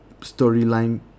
storyline